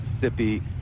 Mississippi